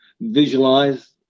visualize